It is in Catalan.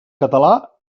català